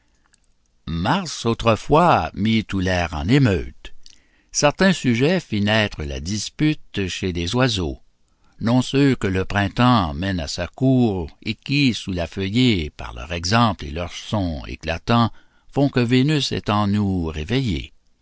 mars autrefois mit tout l'air en émute certain sujet fit naître la dispute chez les oiseaux non ceux que le printemps mène à sa cour et qui sous la feuillée par leur exemple et leurs sons éclatants font que vénus est en nous réveillée